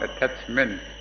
attachment